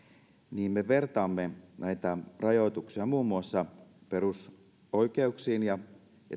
niin me vertaamme näitä rajoituksia muun muassa perusoikeuksiin ja